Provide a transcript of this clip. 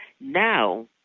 Now